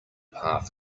path